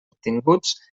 obtinguts